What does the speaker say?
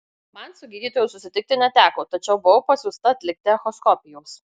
man su gydytoju susitikti neteko tačiau buvau pasiųsta atlikti echoskopijos